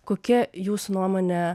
kokia jūsų nuomone